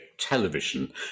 television